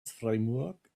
framework